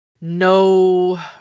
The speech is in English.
no